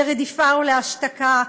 לרדיפה ולהשתקה.